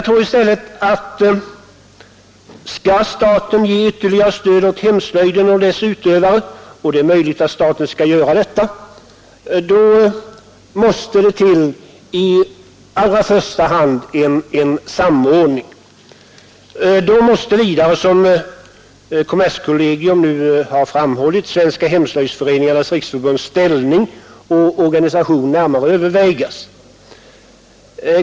Om staten skall ge ytterligare stöd åt hemslöjden och dess utövare — och det är möjligt att staten skall göra det — måste i allra första hand en samordning komma till stånd. Då måste som kommerskollegium nu har framhållit Svenska hemslöjdsföreningarnas riksförbunds ställning och organisation närmare övervägas.